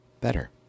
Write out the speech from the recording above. better